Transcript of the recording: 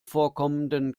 vorkommenden